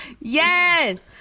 Yes